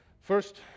first